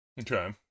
okay